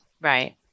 Right